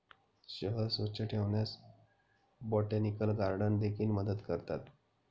शहर स्वच्छ ठेवण्यास बोटॅनिकल गार्डन देखील मदत करतात